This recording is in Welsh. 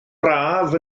braf